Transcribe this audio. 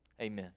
Amen